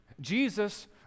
Jesus